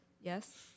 Yes